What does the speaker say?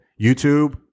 youtube